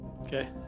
Okay